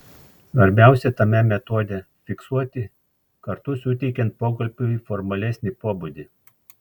svarbiausia tame metode fiksuoti kartu suteikiant pokalbiui formalesnį pobūdį